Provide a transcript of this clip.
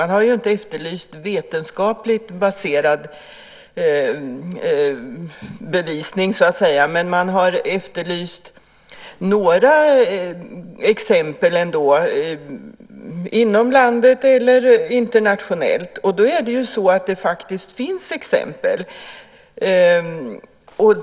Man har inte efterlyst vetenskapligt baserad bevisning, men man har efterlyst några exempel ändå - inom landet eller internationellt. Och det finns faktiskt exempel.